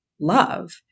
love